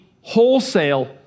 wholesale